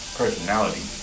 personality